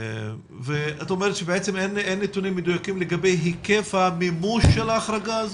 ואת אומרת שבעצם אין נתונים מדויקים לגבי היקף המימוש של ההחרגה הזו?